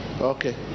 Okay